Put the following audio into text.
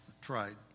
tried